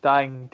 Dying